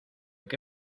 que